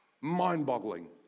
mind-boggling